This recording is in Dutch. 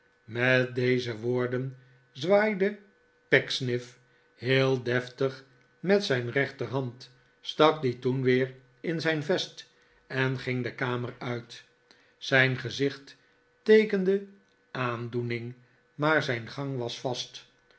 met deze woorden zwaaide pecksniff heel deftig met zijn rechterhand stak die toen weer in zijn vest en ging de kamer uit zijn gezicht teekende aandoening maar zijn gang was vast